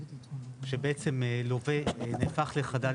כשלווה נהפך לחדל